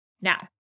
Now